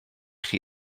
chi